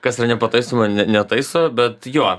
kas yra nepataisoma ne netaiso bet jo